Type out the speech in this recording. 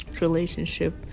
relationship